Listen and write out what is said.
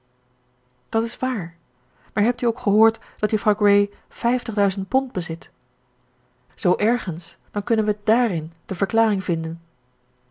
dat is waar maar hebt u ook gehoord dat juffrouw grey vijftigduizend pond bezit zoo ergens dan kunnen we dààrin de verklaring vinden